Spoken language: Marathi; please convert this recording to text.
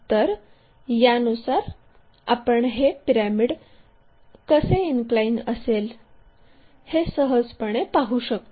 तर यानुसार आपण हे पिरॅमिड कसे इनक्लाइन असेल हे सहजपणे पाहू शकतो